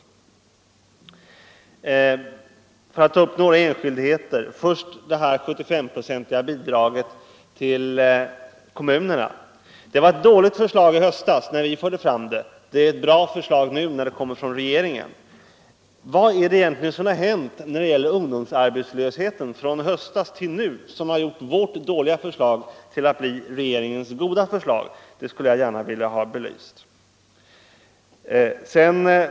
Jag vill sedan ta upp några enskildheter och först det 75-procentiga bidraget till kommunerna. Det var ett dåligt förslag i höstas när vi förde fram det. Det är ett bra förslag nu när det kommer från regeringen. Vad är det egentligen som har hänt med ungdomsarbetslösheten från i höstas till nu som har gjort att vårt dåliga förslag blivit regeringens goda förslag? Det skulle jag gärna vilja ha belyst.